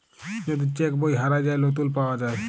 যদি চ্যাক বই হারাঁয় যায়, লতুল পাউয়া যায়